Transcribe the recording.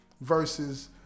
versus